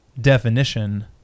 definition